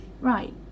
Right